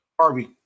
Harvey